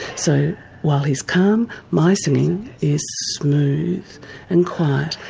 so while he's calm my singing is smooth and quiet,